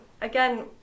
again